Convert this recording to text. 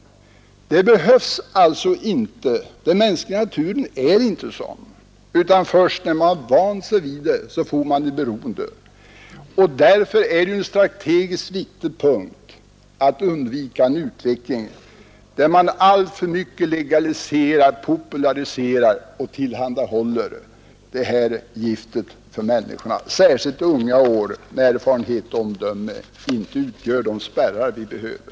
Det behövs alltså inte. Den mänskliga naturen är inte sådan, utan först när man vant sig vid det blir man beroende. Därför är det strategiskt viktigt att undvika en utveckling där man alltför mycket legaliserar, populariserar och tillhandahåller detta gift för människorna, särskilt i unga år när erfarenhet och omdöme inte utgör de spärrar vi behöver.